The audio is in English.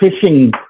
fishing